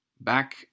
back